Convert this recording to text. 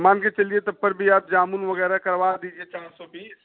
मान कर चलिए तब पर भी आप जामुन वगैरह करवा दीजिए चार सौ बीस